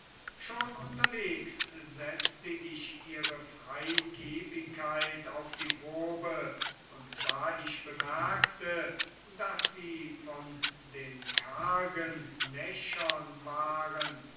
schon unterwegs setzte ich ihre freigebigkeit auf die probe und da ich bemerkte daß sie von den kargen näschern waren